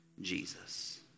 Jesus